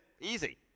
easy